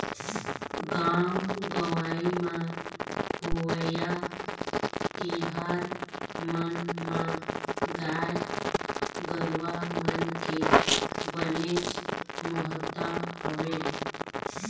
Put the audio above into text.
गाँव गंवई म होवइया तिहार मन म गाय गरुवा मन के बनेच महत्ता हवय